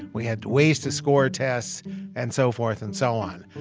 we had ways to score tests and so forth and so on.